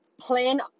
Plan